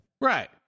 Right